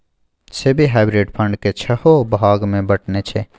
SEBI hybrid fund केँ छओ भाग मे बँटने छै